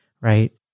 right